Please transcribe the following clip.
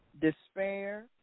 despair